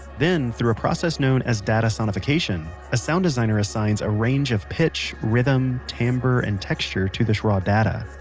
then, through a process known as data sonification, a sound designer assigns a range of pitch, rhythm, timbre, and texture to this raw data.